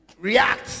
react